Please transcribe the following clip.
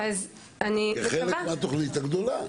כחלק מן התוכנית הגדולה,